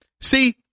See